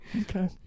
Okay